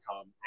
come